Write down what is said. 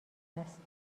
است